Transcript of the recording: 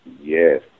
Yes